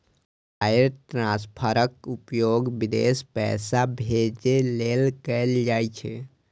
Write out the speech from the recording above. wire ट्रांसफरक उपयोग विदेश पैसा भेजै लेल कैल जाइ छै